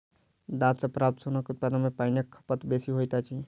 डांट सॅ प्राप्त सोनक उत्पादन मे पाइनक खपत बेसी होइत अछि